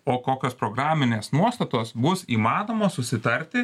o kokios programinės nuostatos bus įmanomos susitarti